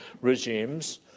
regimes